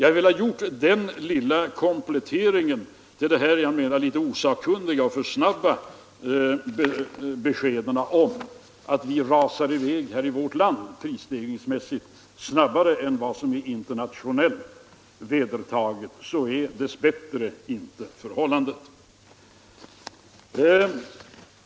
Jag har velat göra den här lilla kompletteringen till de, som jag menar, osakkunniga och för snabba beskeden om att vi rasar i väg i vårt land prisstegringsmässigt mer än vad som sker internationellt. Så är dess bättre inte förhållandet.